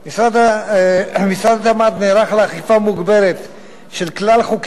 משרד התמ"ת נערך לאכיפה מוגברת של כלל חוקי העבודה,